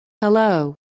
Hello